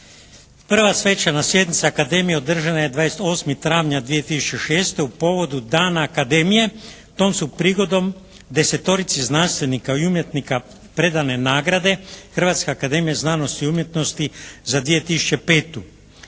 Prva Svečana sjednica Akademije održana je 28. travnja 2006. u povodu dana Akademije. Tom su prigodom desetorici znanstvenika i umjetnika predane nagrade "Hrvatska akademija znanosti i umjetnosti za 2005.".